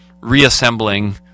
reassembling